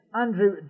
Andrew